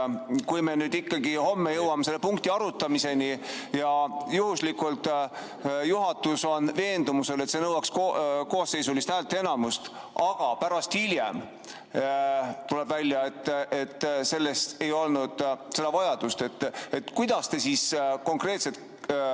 Kui me nüüd ikkagi homme jõuame selle punkti arutamiseni ja juhuslikult juhatus on veendumusel, et see nõuaks koosseisulist häälteenamust, aga hiljem tuleb välja, et selleks ei olnud vajadust, siis mida konkreetselt